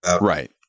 Right